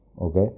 okay